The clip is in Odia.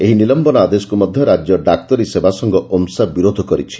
ଏହି ନିଲମ୍ମନ ଆଦେଶକୁ ମଧ ରାଜ୍ୟ ଡାକ୍ତରୀ ସେବାସଂଘ ଓମ୍ସା ବିରୋଧ କରିଛି